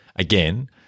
Again